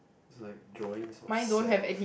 it's like drawings of cells